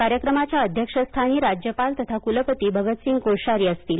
कार्यक्रमाच्या अध्यक्षस्थानी राज्यपाल तथा कुलपती भगतसिंह कोश्यारी असतील